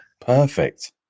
Perfect